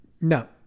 No